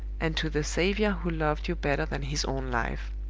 and to the saviour who loved you better than his own life.